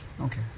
Okay